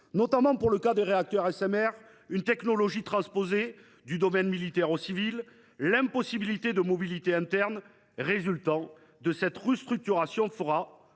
transparence. Pour les réacteurs SMR – une technologie transposée du domaine militaire au civil –, l’impossibilité de mobilités internes résultant de cette restructuration fera